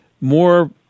more